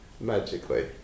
magically